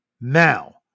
Now